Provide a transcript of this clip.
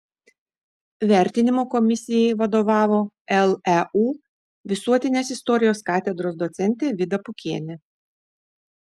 vertinimo komisijai vadovavo leu visuotinės istorijos katedros docentė vida pukienė